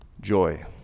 joy